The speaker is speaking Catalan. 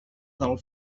del